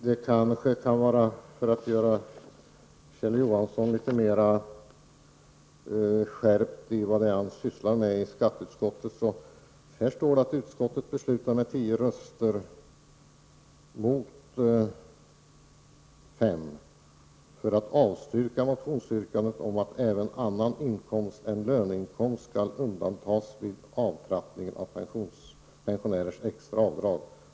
Herr talman! För att göra Kjell Johansson litet mer uppmärksam på vad det är han sysslar med i skatteutskottet vill jag läsa upp några rader. Här står att utskottet beslutade med tio röster mot fem att avstyrka motionsyrkandet om att även annan inkomst än löneinkomst skall undantas vid avtrappningen av pensionärers extra avdrag.